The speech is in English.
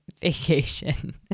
vacation